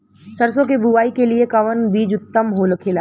सरसो के बुआई के लिए कवन बिज उत्तम होखेला?